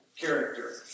character